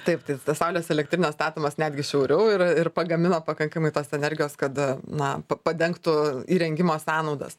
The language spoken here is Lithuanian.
taip tai tas saulės elektrinės statomos netgi šiauriau ir ir pagamina pakankamai tos energijos kad na pa padengtų įrengimo sąnaudas